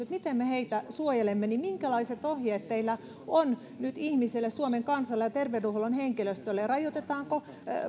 miten me heitä suojelemme niin minkälaiset ohjeet teillä on nyt ihmisille suomen kansalle ja terveydenhuollon henkilöstölle rajoitetaanko